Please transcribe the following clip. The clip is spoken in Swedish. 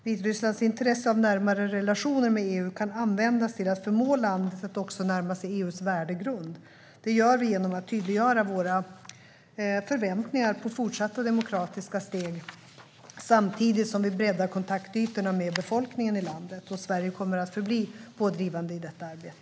Vitrysslands intresse av närmare relationer med EU kan användas till att förmå landet att också närma sig EU:s värdegrund. Det gör vi genom att tydliggöra våra förväntningar på fortsatta demokratiska steg samtidigt som vi breddar kontaktytorna med befolkningen i landet. Sverige kommer att förbli pådrivande i detta arbete.